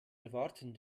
erwarten